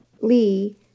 Lee